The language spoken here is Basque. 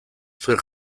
zuen